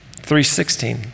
3.16